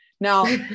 Now